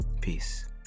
peace